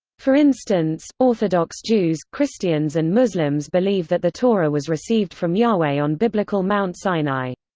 for instance, orthodox jews, christians and muslims believe that the torah was received from yahweh on biblical mount sinai.